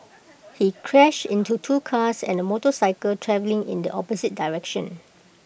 he crashed into two cars and A motorcycle travelling in the opposite direction